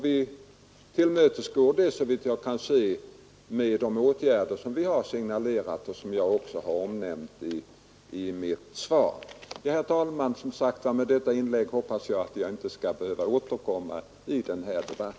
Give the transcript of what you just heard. Vi tillgodoser detta krav med de åtgärder som jag har signalerat och som jag också har omnämnt i mitt svar. Herr talman! Efter detta inlägg hoppas jag, som sagt, att inte behöva återkomma i denna debatt.